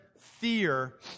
Fear